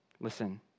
Listen